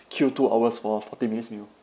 queue two hours for a forty minutes meal